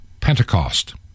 Pentecost